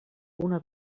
una